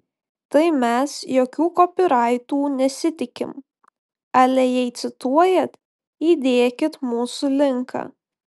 tai mes jokių kopyraitų nesitikim ale jei cituojat įdėkit mūsų linką